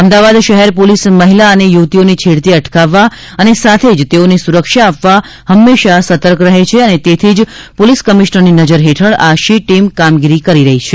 અમદાવાદ શહેર પોલીસ મહિલા અને યુવતીઓની છેડતી અટકાવવા અને સાથે જ તેઓને સુરક્ષા આપવા હંમેશા સતર્ક રહે છે અને તેથી જ પોલીસ કમિશનરની નજર હેઠળ આ શી ટીમ કામગીરી કરી રહી છે